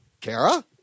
Kara